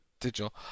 digital